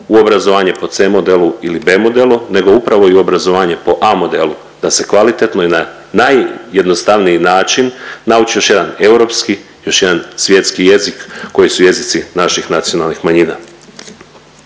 u obrazovanje po C modelu ili B modelu nego upravo i obrazovanje po A modelu da se kvalitetno i na najjednostavniji način nauči još jedan europski, još jedan svjetski jezik, koji su jezici naših nacionalnih manjina.